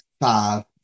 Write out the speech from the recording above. Five